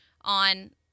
on